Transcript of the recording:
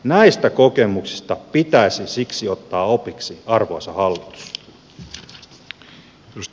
näistä kokemuksista pitäisi siksi ottaa opiksi arvoisa hallitus